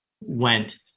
went